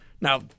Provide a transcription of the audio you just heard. Now